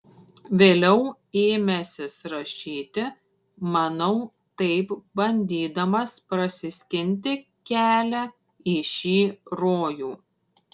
vėliau ėmęsis rašyti manau taip bandydamas prasiskinti kelią į šį rojų